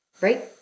Right